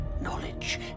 knowledge